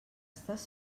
estàs